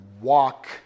walk